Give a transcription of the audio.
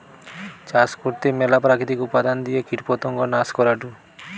চাষ করতে ম্যালা প্রাকৃতিক উপাদান দিয়ে কীটপতঙ্গ নাশ করাঢু